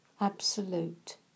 absolute